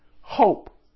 Hope